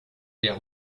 der